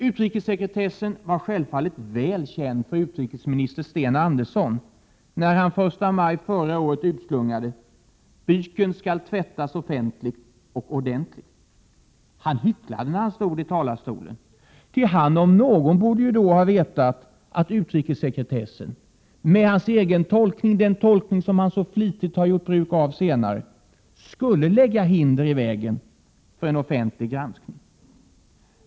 Utrikessekretessen var självfallet väl känd för utrikesminister Sten Andersson när han den 1 maj förra året utslungade: ”Byken skall tvättas offentligt och ordentligt.” Han hycklade när han stod i talarstolen, ty han om någon borde ha vetat att utrikessekretessen — med hans egen tolkning, som han så flitigt gjort bruk av senare — skulle lägga hinder i vägen för en offentlig granskning.